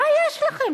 מה יש לכם?